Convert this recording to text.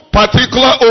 particular